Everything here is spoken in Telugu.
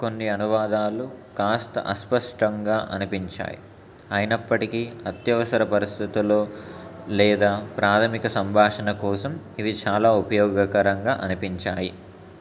కొన్ని అనువాదాలు కాస్త అస్పష్టంగా అనిపించాయి అయినప్పటికీ అత్యవసర పరిస్థితులో లేదా ప్రాథమిక సంభాషణ కోసం ఇవి చాలా ఉపయోగకరంగా అనిపించాయి